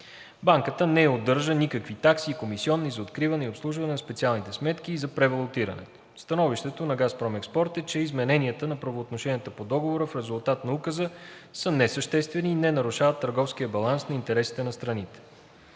Банката не удържа никакви такси и комисиони за откриване и обслужване на специалните сметки и за превалутирането. Становището на ООО „Газпром Експорт“ е, че измененията на правоотношенията по Договора в резултат на Указа са несъществени и не нарушават търговския баланс на интересите на страните.